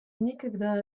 никогда